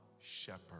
shepherd